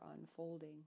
unfolding